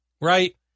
right